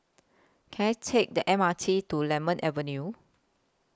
Can I Take The M R T to Lemon Avenue